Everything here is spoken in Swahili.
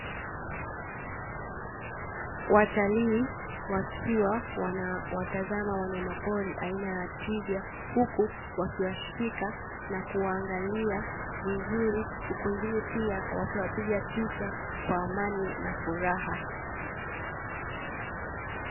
Watalii wakiwa wanawatazama wanyama pori aina ya twiga, huku wakiwashika na kuwaangalia vizuri, kwingine pia wakiwapiga picha kwa amani na furaha.